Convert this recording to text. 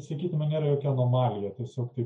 sakykim nėra jokia anomalija tiesiog taip